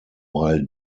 while